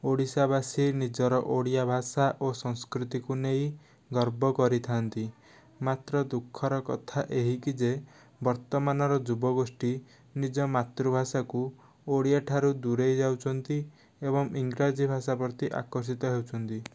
ଓଡ଼ିଶାବାସୀ ନିଜର ଓଡ଼ିଆ ଭାଷା ଓ ସଂସ୍କୃତିକୁ ନେଇ ଗର୍ବ କରିଥାନ୍ତି ମାତ୍ର ଦୁଃଖର କଥା ଏହିକି ଯେ ବର୍ତ୍ତମାନର ଯୁବଗୋଷ୍ଠି ନିଜ ମାତୃଭାଷାକୁ ଓଡ଼ିଆଠାରୁ ଦୁରେଇ ଯାଉଛନ୍ତି ଏବଂ ଇଂରାଜୀ ଭାଷା ପ୍ରତି ଆକର୍ଷିତ ହେଉଛନ୍ତି